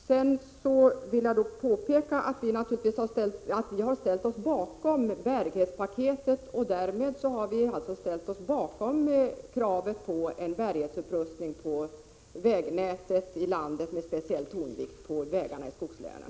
Sedan vill jag påpeka att vi har ställt oss bakom bärighetspaketet och därmed också bakom kravet på en bärighetsupprustning av vägnätet i landet med speciell tonvikt på vägarna i skogslänen.